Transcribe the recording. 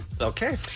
Okay